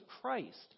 Christ